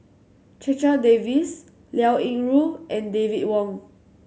Checha Davies Liao Yingru and David Wong